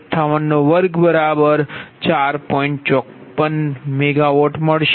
54MW મળશે